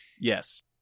Yes